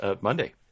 Monday